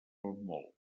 molt